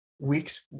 Weeks